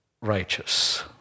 righteous